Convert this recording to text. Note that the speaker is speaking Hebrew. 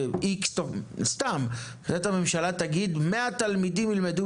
למשל הממשלה תגיד: 100 תלמידים ילמדו